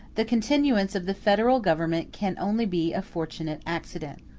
the continuance of the federal government can only be a fortunate accident.